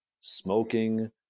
smoking